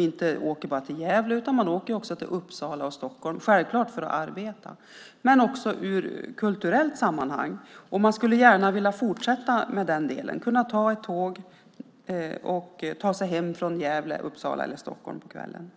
inte bara till Gävle utan också till Uppsala och Stockholm, självklart för att arbeta men också i kulturella sammanhang. Man skulle gärna vilja fortsätta med det och kunna ta tåg hem från Gävle, Uppsala eller Stockholm på kvällen.